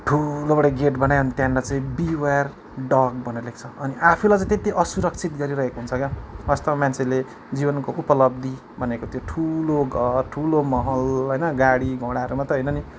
ठुलोबडे gate बनायो अनि त्यहाँनेर चाहिँ बिवेर डग भनेर लेख्छ अनि आफैलाई चाहिँ त्यत्ति असुरक्षित गरिरहेको हुन्छ क्या वास्तवमा मान्छेले जीवनको उपलब्धि भनेको त्यो ठुलो घर ठुलो महल होइन गाडी घोडाहरू मात्रै होइन नि